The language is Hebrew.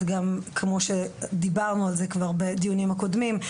גם כמו שדיברנו על זה כבר בדיונים קודמים.